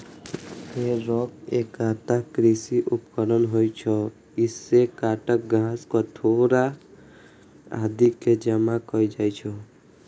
हे रैक एकटा कृषि उपकरण होइ छै, जइसे काटल घास, ठोकरा आदि कें जमा कैल जाइ छै